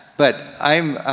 but i'm,